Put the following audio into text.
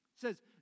says